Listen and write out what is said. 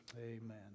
Amen